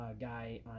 guy